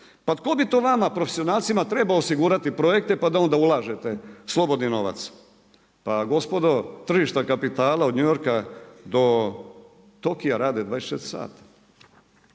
Pa tko bi to vama profesionalcima trebao osigurati projekte pa da onda ulažete slobodni novac? Pa gospodo tržište kapitala od New Yorka do Tokija rade 24 sata.